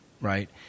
Right